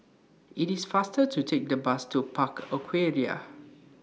IT IS faster to Take The Bus to Park Aquaria